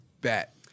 bet